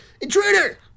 Intruder